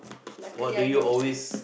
luckily I know Chinese